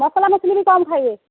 ମସଲା ମୁସିଲି ବି କମ୍ ଖାଇବେ